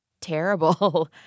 Terrible